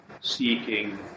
seeking